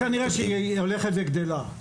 כנראה שהיא הולכת וגדלה.